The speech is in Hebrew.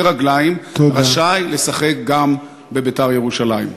רגליים רשאי לשחק גם ב"בית"ר ירושלים".